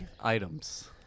items